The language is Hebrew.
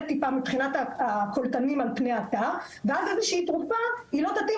טיפה מבחינת הקולטנים על פני התא ואז התרופה היא לא תתאים